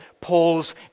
Paul's